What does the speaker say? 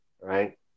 Right